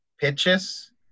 pitches